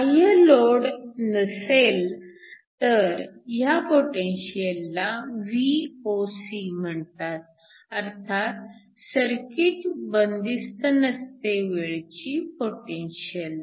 बाह्य लोड नसेल तर ह्या पोटेन्शिअलला Voc म्हणतात अर्थात सर्किट बंदिस्त नसतेवेळची पोटेन्शिअल